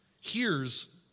hears